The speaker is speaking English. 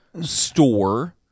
store